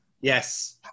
Yes